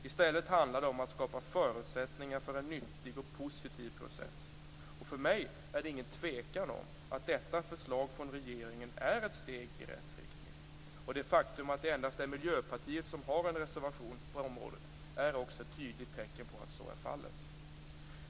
I stället handlar det om att skapa förutsättningar för en nyttig och positiv process. För mig råder det inget tvivel om att detta förslag från regeringen är ett steg i rätt riktning. Det faktum att det endast är Miljöpartiet som har avgett en reservation är också ett tydligt tecken på att så är fallet.